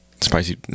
Spicy